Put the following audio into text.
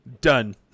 done